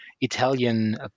Italian